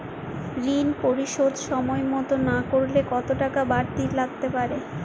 ঋন পরিশোধ সময় মতো না করলে কতো টাকা বারতি লাগতে পারে?